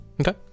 Okay